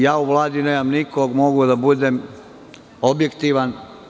Ja u Vladi nemam nikog, mogu da budem objektivan.